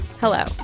Hello